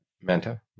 Manta